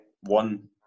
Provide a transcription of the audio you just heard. one